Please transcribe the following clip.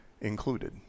included